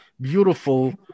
beautiful